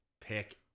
pick